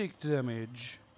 damage